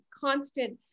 constant